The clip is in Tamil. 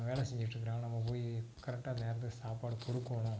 வேலை செஞ்சிட்டிருக்குறாங்க நம்ம போய் கரெக்டாக நேரத்துக்கு சாப்பாடு குடுக்கணும்